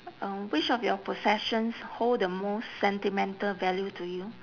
um which of your possessions hold the most sentimental value to you